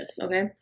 okay